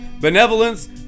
benevolence